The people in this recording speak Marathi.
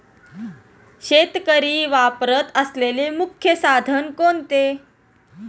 शेतकरी वापरत असलेले मुख्य साधन कोणते?